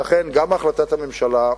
לכן, גם החלטת הממשלה,